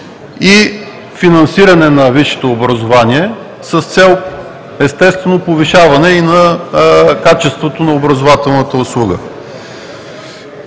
и финансиране на висшето образование с цел, естествено, повишаване и на качеството на образователната услуга.